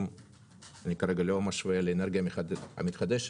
אני כרגע לא משווה לאנרגיה המתחדשת.